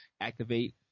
activate